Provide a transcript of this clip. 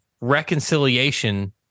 reconciliation